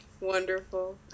Wonderful